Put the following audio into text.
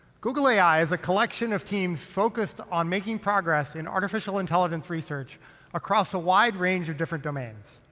google ai is a collection of teams focused on making progress in artificial intelligence research across a wide range of different domains.